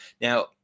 Now